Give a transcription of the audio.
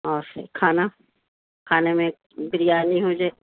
اور پھر کھانا کھانے میں بریانی ہو جائے